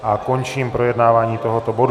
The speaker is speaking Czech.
A končím projednávání tohoto bodu.